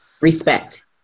respect